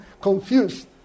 confused